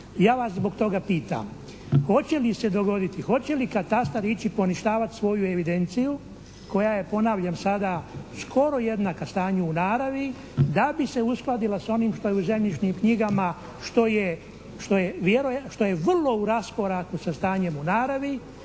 Ja vas zbog toga pitam: Hoće li se dogoditi, hoće li katastar ići poništavati svoju evidenciju koja je ponavljam sada skoro jednaka stanju u naravi, da bi se uskladila s onim što je u zemljišnim knjigama što je vrlo u raskoraku sa stanjem u naravi